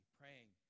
praying